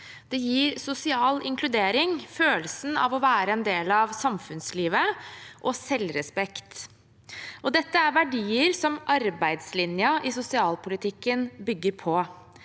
Det gir sosial inkludering, følelsen av å være en del av samfunnslivet og selvrespekt. Dette er verdier som arbeidslinja i sosialpolitikken bygger på.